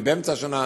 ובאמצע השנה,